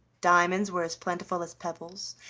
diamonds were as plentiful as pebbles,